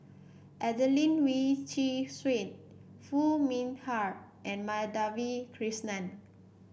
Adelene Wee Chin Suan Foo Mee Har and Madhavi Krishnan